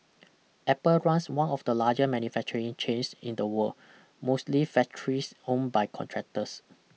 Apple runs one of the larger manufacturing chains in the world mostly factories owned by contractors